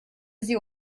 sie